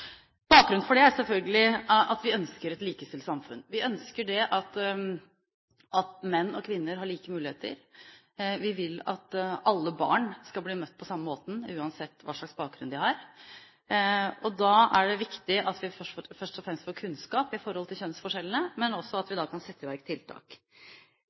Bakgrunnen for dette er selvfølgelig at vi ønsker et likestilt samfunn. Vi ønsker at menn og kvinner skal ha like muligheter. Vi vil at alle barn skal bli møtt på samme måte, uansett hva slags bakgrunn de har. Da er det viktig at vi først og fremst får kunnskap om kjønnsforskjellene, men også at vi kan sette i verk tiltak.